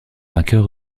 vainqueur